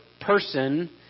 person